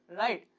right